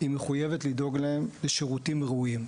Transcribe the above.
היא מחויבת לדאוג להם לשירותים ראויים.